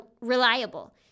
reliable